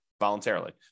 voluntarily